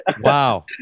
Wow